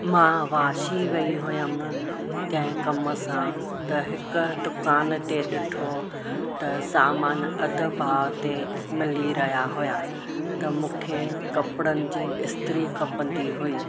मां वाशी वई हूयमि कंहिं कम सां त हिकु दुकान ते ॾिठो त सामान अधु भाव ते मिली रहिया हुआ त मूंखे कपिड़नि जी इस्त्री खपंदी हूई